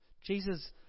Jesus